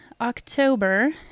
October